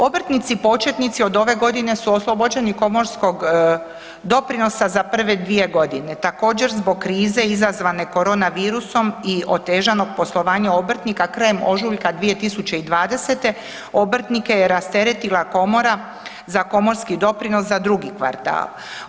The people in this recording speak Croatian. Obrtnici početnici od ove godine su oslobođeni komorskog doprinosa za prve dvije godine, također zbog krize izazvane korona virusom i otežanog poslovanja obrtnika krajem ožujka 2020.g. obrtnike je rasteretila komora za komorski doprinos za drugi kvartal.